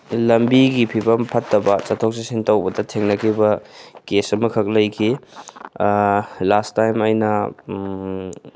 ꯂꯝꯕꯤꯒꯤ ꯐꯤꯕꯝ ꯐꯠꯇꯕ ꯆꯠꯊꯣꯛ ꯆꯠꯁꯤꯟ ꯇꯧꯕꯗ ꯊꯦꯡꯅꯈꯤꯕ ꯀꯦꯁ ꯑꯃꯈꯛ ꯂꯩꯈꯤ ꯂꯥꯁ ꯇꯥꯏꯝ ꯑꯩꯅ